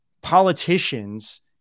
politicians